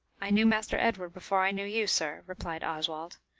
i knew master edward before i knew you, sir, replied oswald.